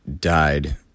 died